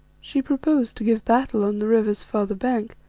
she proposed to give battle on the river's farther bank,